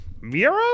Miro